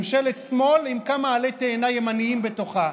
ממשלת שמאל עם כמה עלי תאנה ימנים בתוכה.